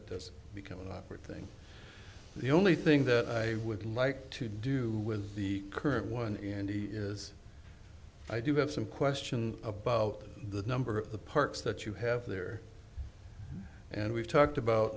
it does become an opera thing the only thing that i would like to do with the current one and he is i do have some question about the number of the parks that you have there and we've talked about